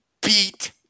beat